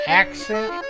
accent